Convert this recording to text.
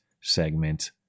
segment